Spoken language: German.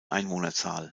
einwohnerzahl